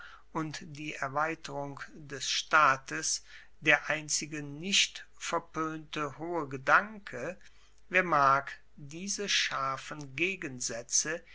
und die erweiterung des staates der einzige nicht verpoente hohe gedanke wer vermag diese scharfen gegensaetze